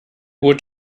gut